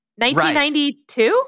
1992